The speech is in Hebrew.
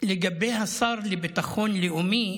לגבי השר לביטחון הלאומי,